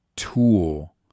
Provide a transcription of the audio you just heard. Tool